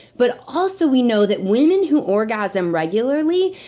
but also we know, that women who orgasm regularly,